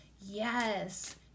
Yes